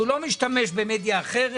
שהוא לא משתמש במדיה אחרת.